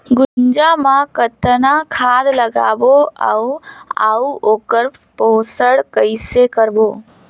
गुनजा मा कतना खाद लगाबो अउ आऊ ओकर पोषण कइसे करबो?